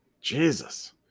Jesus